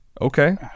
Okay